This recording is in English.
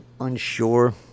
unsure